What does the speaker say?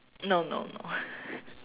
no no no